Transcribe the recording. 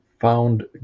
found